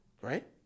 right